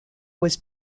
was